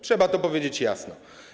Trzeba to powiedzieć jasno.